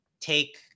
take